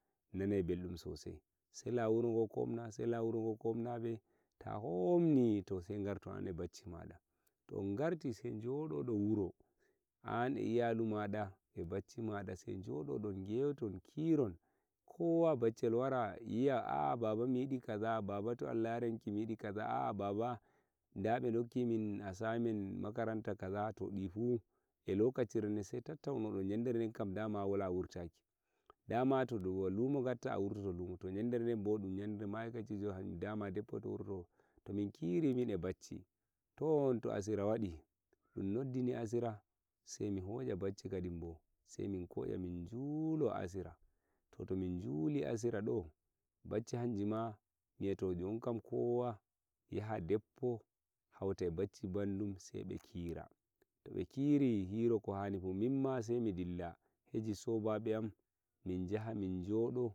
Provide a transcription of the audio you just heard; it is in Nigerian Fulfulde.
san nan min tattauno san nan bo to jamdi joyi wadi mi wartai to mi warti sai mi dillo kadimbo e yandere jumare dumfu ngadai mi dum sai mi shiryo na musamman mi wartai wuro am mi shiryo zuwa jamdi jego'o mi shiryo sai mi wita julurde to ta hoti julurde yandere den to a yahai tinda dum yandere den kam dama dum yinu ka gada ka do'aji gan Allah yafo kurakuraije eh kuskureji di yibbe gadi bawo da sauran su to hanjum wadi nanai mi mbeldum yandere den demi yejjitata sosai sosai gam mi dunnata de buri yande de buri yande gaskiya mi yi'a tani nde buri yande julde amma ni gaskiya min fa de jumare wadi fu mi don na beldum sosai ngadai mi yande jumare gaskiya midon nana mbeldum maji sosai ta mi don nodda dangi ji am dum yandere de muhimmamci sosai dun daro denno aini wada ko hani